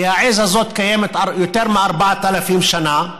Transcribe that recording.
כי העז הזו קיימת יותר מ-4,000 שנה,